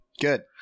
Good